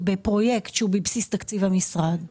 בפרויקט שהוא בבסיס תקציב המשרד,